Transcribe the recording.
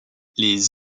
les